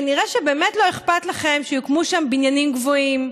כנראה שבאמת לא אכפת לכם שיוקמו שם בניינים גבוהים,